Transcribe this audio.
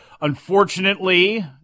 Unfortunately